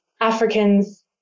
Africans